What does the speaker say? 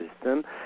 system